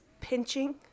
pinching